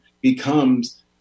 becomes